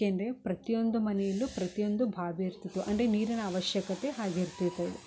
ಯಾಕೆಂದರೆ ಪ್ರತಿಯೊಂದು ಮನೆಯಲ್ಲೂ ಪ್ರತಿಯೊಂದು ಬಾವಿ ಇರ್ತಿತ್ತು ಅಂದರೆ ನೀರಿನ ಆವಶ್ಯಕತೆ ಹಾಗೆ ಇರ್ತಿತ್ತು